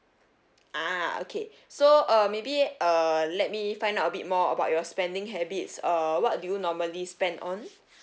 ah okay so uh maybe uh let me find out a bit more about your spending habits uh what do you normally spend on